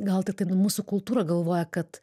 gal tiktai nu mūsų kultūra galvoja kad